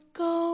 go